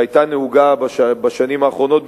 שהיתה נהוגה בשנים האחרונות,